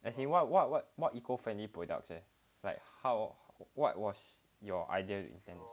as in what what what what eco friendly products leh like how what was your idea you intend